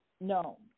No